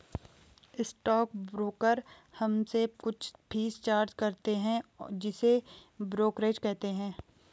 stock broker हमसे कुछ fees charge करते हैं जिसे ब्रोकरेज कहते हैं